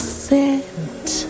Scent